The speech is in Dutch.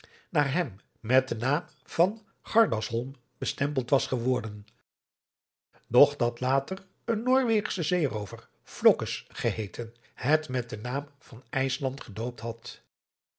naar hem met den naam van gardasholm bestempeld was geworden doch dat later een noorweegsche zeeroover floccus geheeten het met den naam van ijsland gedoopt had